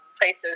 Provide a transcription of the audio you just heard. places